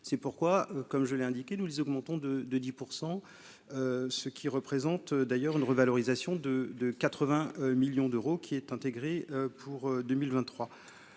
c'est pourquoi, comme je l'ai indiqué nous les augmentons de de 10 pour 100, ce qui représente d'ailleurs une revalorisation de de 80 millions d'euros, qui est intégré pour 2023,